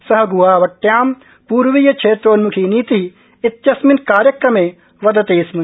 स ग्वाहाट्यां पूर्वीय क्षेत्रोन्मुखी नीति इत्यस्मिन् कार्यक्रमे वदति स्म